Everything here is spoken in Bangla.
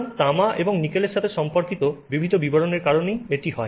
সুতরাং তামা এবং নিকেলের সাথে সম্পর্কিত বিবিধ বিবরণের কারণেই এটি হয়